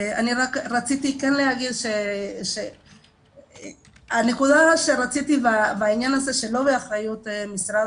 אני רציתי להעיר שהנקודה שרציתי בעניין הזה שלא באחריות משרד